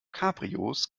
cabrios